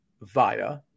via